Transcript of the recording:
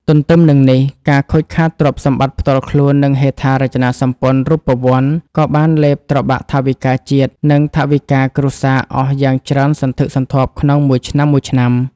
ទន្ទឹមនឹងនេះ ការខូចខាតទ្រព្យសម្បត្តិផ្ទាល់ខ្លួន និងហេដ្ឋារចនាសម្ព័ន្ធរូបវន្ត ក៏បានលេបត្របាក់ថវិកាជាតិ និងថវិកាគ្រួសារអស់យ៉ាងច្រើនសន្ធឹកសន្ធាប់ក្នុងមួយឆ្នាំៗ។